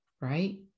right